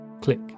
Click